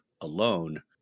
alone